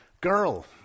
girl